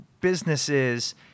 businesses